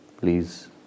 please